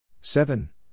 Seven